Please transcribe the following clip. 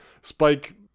Spike